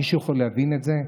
מישהו יכול להבין את זה?